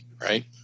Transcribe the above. right